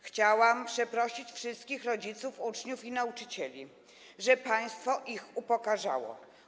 Chciałabym przeprosić wszystkich rodziców, uczniów i nauczycieli, że państwo ich upokarzało.